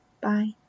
Bye